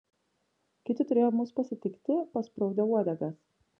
kiti turėjo mus pasitikti paspraudę uodegas